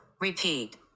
Repeat